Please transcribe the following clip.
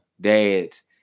dads